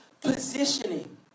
positioning